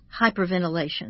hyperventilation